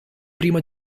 primo